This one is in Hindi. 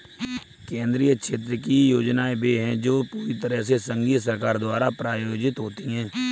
केंद्रीय क्षेत्र की योजनाएं वे है जो पूरी तरह से संघीय सरकार द्वारा प्रायोजित है